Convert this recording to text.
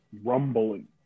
rumbling